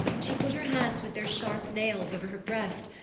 she put her hands with their sharp nails over her breast,